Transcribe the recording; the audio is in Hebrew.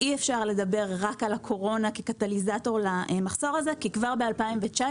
אי אפשר לדבר רק על הקורונה כקטליזטור למחסור הזה כי כבר במרץ